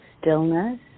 stillness